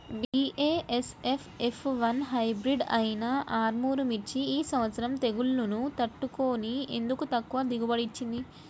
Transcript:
BASF F one hybrid అయినా ఆర్ముర్ మిర్చి ఈ సంవత్సరం తెగుళ్లును తట్టుకొని ఎందుకు ఎక్కువ దిగుబడి ఇచ్చింది?